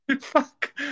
Fuck